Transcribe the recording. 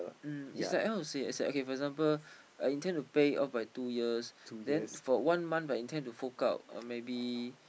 mm it's like how to say is like for example I intend to pay off by two years then for one month If I tend to fork out uh maybe